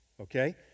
Okay